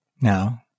Now